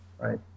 Right